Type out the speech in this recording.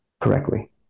correctly